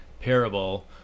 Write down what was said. parable